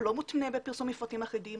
הוא לא מותנה בפרסום מפרטים אחידים,